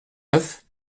neuf